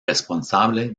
responsable